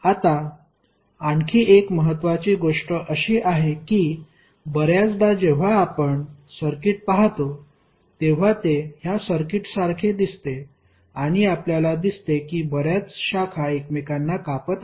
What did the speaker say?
आता आणखी एक महत्त्वाची गोष्ट अशी आहे की बऱ्याचदा जेव्हा आपण सर्किट पाहतो तेव्हा ते ह्या सर्किटसारखे दिसते आणि आपल्याला दिसते की बऱ्याच शाखा एकमेकांना कापत आहेत